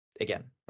again